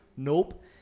nope